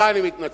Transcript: הוא גאון.